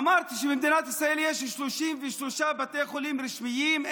אמרתי שבמדינת ישראל יש 33 בתי חולים רשמיים,